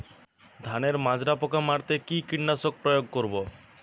ধানের মাজরা পোকা মারতে কি কীটনাশক প্রয়োগ করব?